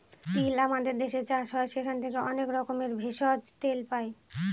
তিল আমাদের দেশে চাষ হয় সেখান থেকে অনেক রকমের ভেষজ, তেল পাই